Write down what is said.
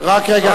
רק רגע.